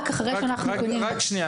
רק אחרי שאנחנו פנינו --- ברשותך,